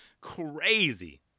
crazy